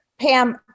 Pam